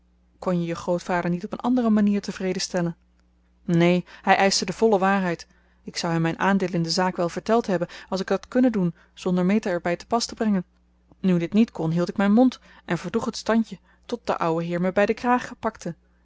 kon je je grootvader niet op een andere manier tevreden stellen neen hij eischte de volle waarheid ik zou hem mijn aandeel in de zaak wel verteld hebben als ik het had kunnen doen zonder meta er bij te pas te brengen nu dit niet kon hield ik mijn mond en verdroeg het standje tot de ouwe heer me bij den kraag pakte